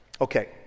Okay